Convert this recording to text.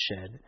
shed